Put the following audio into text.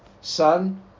Son